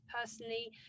personally